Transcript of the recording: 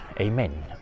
Amen